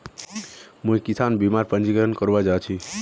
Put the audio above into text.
मुई किसान बीमार पंजीकरण करवा जा छि